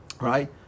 right